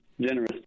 generous